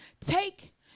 take